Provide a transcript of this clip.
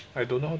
I don't know